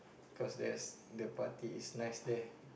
cause there's the party is nice there